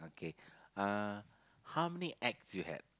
kay uh how many ex you had